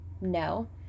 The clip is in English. No